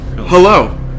Hello